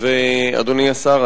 אדוני השר,